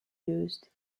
used